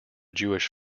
jewish